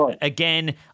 Again